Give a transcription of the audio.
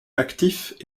actifs